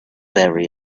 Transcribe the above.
very